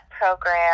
program